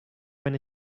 ben